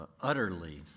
utterly